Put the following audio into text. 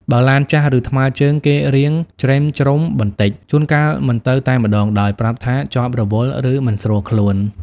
បើឡានចាស់ឬថ្មើរជើងគេរាងច្រិមច្រុមបន្តិចជួនកាលមិនទៅតែម្ដងដោយប្រាប់ថាជាប់រវល់ឬមិនស្រួលខ្លួន ។